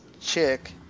chick